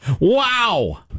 Wow